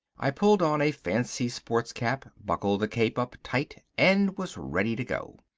i pulled on a fancy sports cap, buckled the cape up tight, and was ready to go.